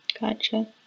Gotcha